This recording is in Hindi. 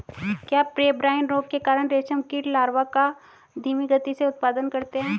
क्या पेब्राइन रोग के कारण रेशम कीट लार्वा का धीमी गति से उत्पादन करते हैं?